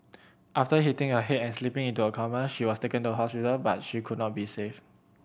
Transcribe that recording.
after hitting her head and slipping into a coma she was taken to hospital but she could not be saved